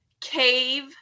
cave